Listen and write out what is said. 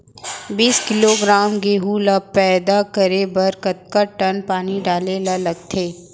बीस किलोग्राम गेहूँ ल पैदा करे बर कतका टन पानी डाले ल लगथे?